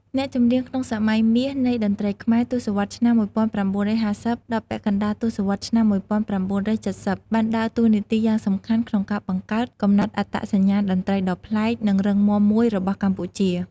អ្នកចម្រៀងក្នុង សម័យមាសនៃតន្ត្រីខ្មែរ ទសវត្សរ៍ឆ្នាំ១៩៥០ ដល់ពាក់កណ្តាលទសវត្សរ៍ឆ្នាំ១៩៧០ បានដើរតួនាទីយ៉ាងសំខាន់ក្នុងការបង្កើត កំណត់អត្តសញ្ញាណតន្ត្រីដ៏ប្លែក និងរឹងមាំមួយរបស់កម្ពុជា។